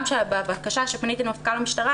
גם על הבקשה שפניתי למפכ"ל המשטרה